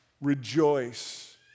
Rejoice